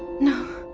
no.